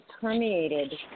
permeated